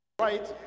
right